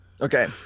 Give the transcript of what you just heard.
Okay